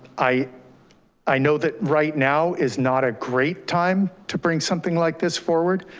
i i know that right now is not a great time to bring something like this forward,